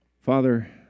Father